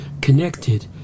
connected